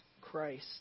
Christ